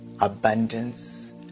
abundance